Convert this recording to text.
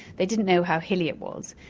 they didn't know how hilly it was.